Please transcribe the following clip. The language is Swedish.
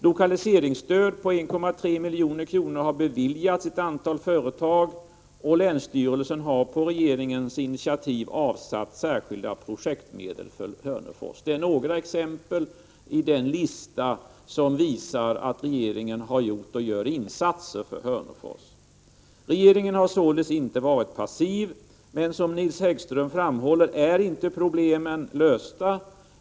Lokaliseringsstöd på 1,3 milj.kr. har beviljats ett antal företag, och länsstyrelsen har på regeringens initiativ avsatt särskilda projektmedel för Hörnefors. Det här är några exempel från en lista som visar att regeringen har gjort och gör insatser för Hörnefors. Regeringen har således inte varit passiv, men som Nils Häggström framhåller är problemen inte lösta.